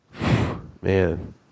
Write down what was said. Man